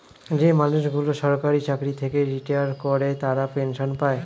যে মানুষগুলো সরকারি চাকরি থেকে রিটায়ার করে তারা পেনসন পায়